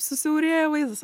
susiaurėja vaizdas